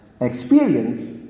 experience